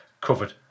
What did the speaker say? covered